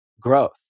growth